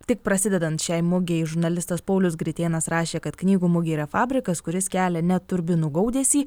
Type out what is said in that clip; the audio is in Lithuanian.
tik prasidedant šiai mugei žurnalistas paulius gritėnas rašė kad knygų mugė yra fabrikas kuris kelia net turbinų gaudesį